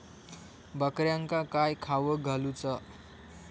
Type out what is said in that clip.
बकऱ्यांका काय खावक घालूचा?